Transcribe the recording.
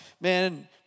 man